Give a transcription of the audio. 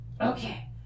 Okay